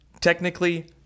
technically